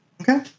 Okay